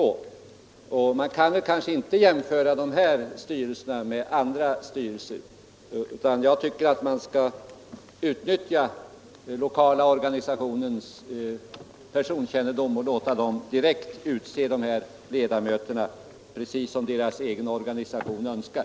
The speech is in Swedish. Dessa styrelser bör nog inte jämföras med andra styrelser, utan jag tycker att man skall utnyttja den lokala fackliga organisationens personkännedom och låta denna direkt utse dessa ledamöter, precis så som de anställdas organisation önskar.